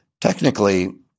Technically